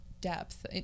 depth